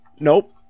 Nope